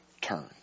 turn